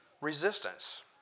resistance